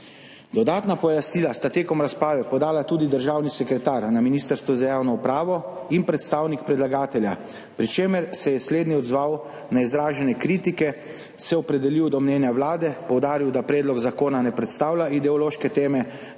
Dodatna pojasnila sta med razpravo podala tudi državni sekretar na Ministrstvu za javno upravo in predstavnik predlagatelja, pri čemer se je slednji odzval na izražene kritike, se opredelil do mnenja Vlade, poudaril, da predlog zakona ne predstavlja ideološke teme